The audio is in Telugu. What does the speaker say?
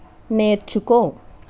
నేర్చుకో